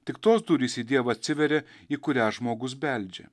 tik tos durys į dievą atsiveria į kurią žmogus beldžia